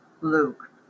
Luke